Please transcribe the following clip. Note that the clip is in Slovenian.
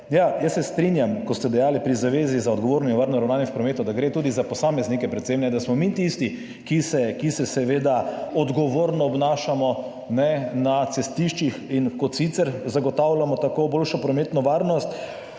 jaz se strinjam, ko ste dejali pri zavezi za odgovorno in varno ravnanje v prometu, da gre tudi za posameznike. Predvsem, da smo mi tisti, ki se seveda odgovorno obnašamo na cestiščih in kot sicer zagotavljamo tako boljšo prometno varnost.